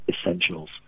essentials